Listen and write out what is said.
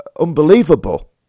unbelievable